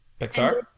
pixar